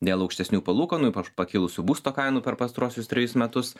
dėl aukštesnių palūkanų ypač pakilusių būsto kainų per pastaruosius trejus metus